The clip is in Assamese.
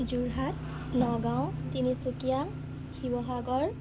যোৰহাট নগাঁও তিনিচুকীয়া শিৱসাগৰ